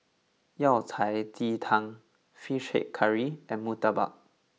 Yao Cai Ji Tang Fish Head Curry and Murtabak